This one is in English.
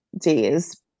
days